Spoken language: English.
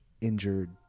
injured